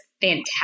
fantastic